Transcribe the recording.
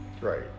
Right